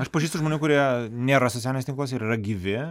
aš pažįstu žmonių kurie nėra socialiniuose tinkluose ir yra gyvi